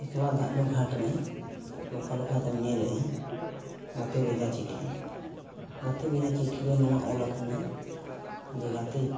ᱮᱠᱞᱟ ᱫᱟᱜ ᱞᱩ ᱜᱷᱟᱴᱨᱮ ᱞᱚᱠᱷᱟᱼᱞᱚᱠᱷᱟ ᱛᱮᱢ ᱧᱮᱞᱮᱫᱼᱟ ᱜᱟᱛᱮ ᱵᱷᱮᱡᱟ ᱪᱤᱴᱷᱤ ᱜᱟᱛᱮ ᱵᱷᱮᱡᱟ ᱪᱤᱴᱷᱤᱨᱮ ᱱᱚᱣᱟ ᱚᱞᱟᱠᱟᱱᱟ ᱡᱮ ᱜᱟᱛᱮ